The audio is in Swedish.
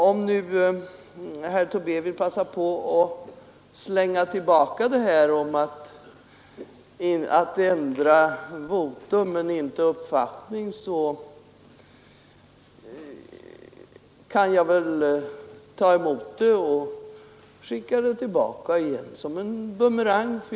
Men om herr Tobé vill passa på och slänga tillbaka detta om att ändra votum men inte uppfattning, så kan jag väl ta emot det och skicka det tillbaka som en bumerang.